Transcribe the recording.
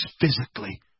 physically